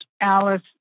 Alice